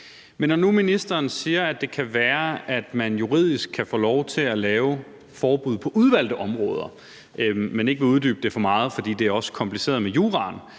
Men når nu ministeren siger, at det kan være, at man juridisk kan få lov til at lave forbud på udvalgte områder, men ikke vil uddybe det for meget, fordi det også er kompliceret i forhold